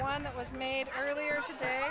one that was made earlier today